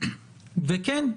וכן,